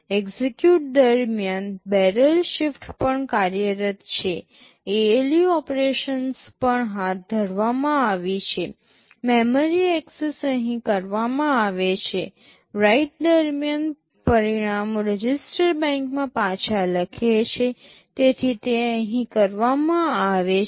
execute દરમિયાન barrel shifter પણ કાર્યરત છે ALU ઓપરેશન્સ પણ હાથ ધરવામાં આવી છે મેમરી એક્સેસ અહીં કરવામાં આવે છે રાઇટ દરમ્યાન પરિણામો રજિસ્ટર બેંકમાં પાછા લખે છે તેથી તે અહીં કરવામાં આવે છે